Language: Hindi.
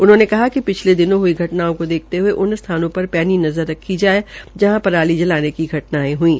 उन्होंने कहा कि पिछले दिनों हई घटनाओं को देखते हुए उन स्थानों पर पैनी नजर रखी जाए जहां पहले पराली जलाने की घटनाएं हुई हैं